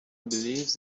believes